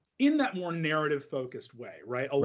in that more narrative-focused way, right?